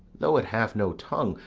though it have no tongue,